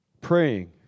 praying